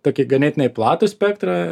tokį ganėtinai platų spektrą